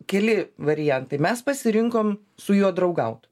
keli variantai mes pasirinkom su juo draugaut